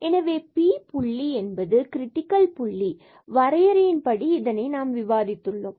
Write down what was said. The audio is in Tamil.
எனவே இந்த P புள்ளி என்பது கிரிட்டிக்கல் புள்ளி வரையறையின் படி நாம் இதை விவாதித்து உள்ளோம்